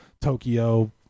tokyo